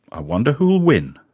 i wonder who will win